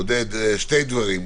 עודד, שני דברים.